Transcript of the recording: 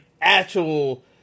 actual